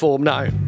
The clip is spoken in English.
No